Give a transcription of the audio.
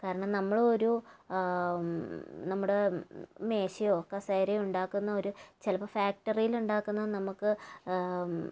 കാരണം നമ്മള് ഒരു നമ്മുടെ മേശയോ കസേരയോ ഉണ്ടാക്കുന്ന ഒരു ചിലപ്പോൾ ഫാക്ടറിയിൽ ഉണ്ടാക്കുന്നത് നമുക്ക്